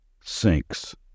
sinks